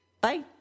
Bye